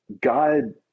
God